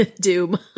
Doom